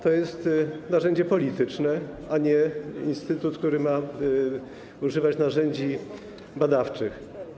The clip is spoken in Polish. To jest narzędzie polityczne, a nie instytut, który ma używać narzędzi badawczych.